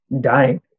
Dying